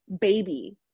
baby